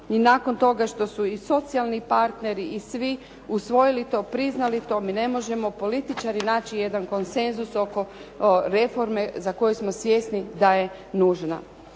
i nakon toga što su i socijalni partneri i svi usvojili to, priznali to, mi ne možemo političari naći jedan konsenzus oko reforme za koju smo svjesni da je nužna.